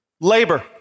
Labor